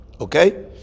Okay